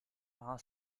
mahal